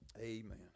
Amen